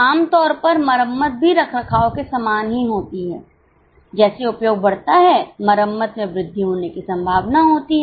आम तौर पर मरम्मत भी रखरखाव के समान ही होती है जैसे उपयोग बढ़ता है मरम्मत में वृद्धि होने की संभावना होती है